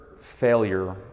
failure